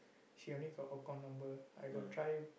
she only got account number I got try